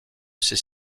ses